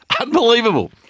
unbelievable